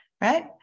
right